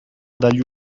dagli